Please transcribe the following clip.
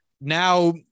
now